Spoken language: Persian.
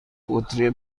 بطری